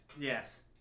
yes